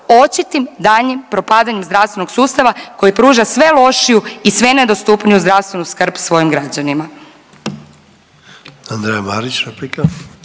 očitim daljnjim propadanjem zdravstvenog sustava koji pruža sve lošiju i sve nedostupniju zdravstvenu skrb svojim građanima.